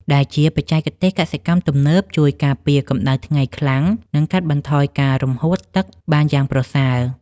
ដែលជាបច្ចេកទេសកសិកម្មទំនើបជួយការពារកម្តៅថ្ងៃខ្លាំង និងកាត់បន្ថយការរំហួតទឹកបានយ៉ាងប្រសើរ។